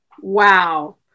Wow